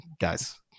guys